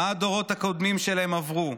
מה הדורות הקודמים שלהם עברו,